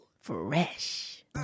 Fresh